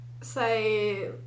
say